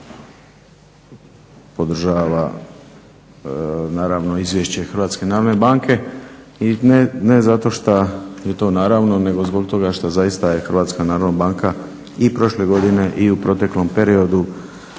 podržava naravno Izvješće Hrvatske narodne banke. I ne zato što je to naravno nego zbog toga što zaista je HNB i prošle godine i u proteklom periodu